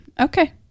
Okay